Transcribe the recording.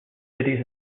cities